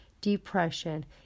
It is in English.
depression